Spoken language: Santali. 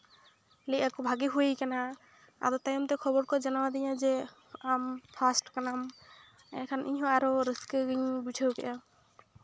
ᱞᱟᱹᱭ ᱮᱜ ᱠᱚ ᱵᱷᱟᱜᱮ ᱦᱩᱭᱟᱠᱟᱱᱟ ᱟᱫᱚ ᱛᱟᱭᱚᱢᱛᱮ ᱠᱷᱚᱵᱚᱨ ᱠᱚ ᱡᱟᱱᱟᱣᱫᱤᱧᱟ ᱡᱮ ᱟᱢ ᱯᱷᱟᱥᱴ ᱠᱟᱱᱟᱢ ᱮᱸᱰᱮᱠᱷᱟᱱ ᱤᱧ ᱦᱚᱸ ᱟᱨᱚ ᱨᱟᱹᱥᱠᱟᱹ ᱜᱤᱧ ᱵᱩᱡᱷᱟᱹᱣ ᱠᱮᱜᱼᱟ